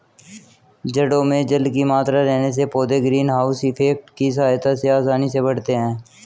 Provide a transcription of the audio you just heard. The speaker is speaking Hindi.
जड़ों में जल की मात्रा रहने से पौधे ग्रीन हाउस इफेक्ट की सहायता से आसानी से बढ़ते हैं